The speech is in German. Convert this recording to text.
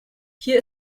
hier